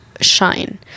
shine